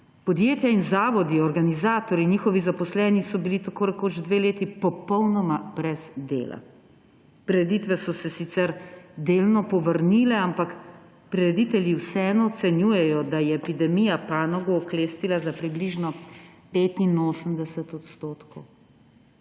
Podjetja in zavodi, organizatorji in njihovi zaposleni so bili tako rekoč dve leti popolnoma brez dela. Prireditve so se sicer delno povrnile, ampak prireditelji vseeno ocenjujejo, da je epidemija panogo oklestila za približno 85 %.